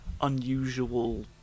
unusual